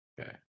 Okay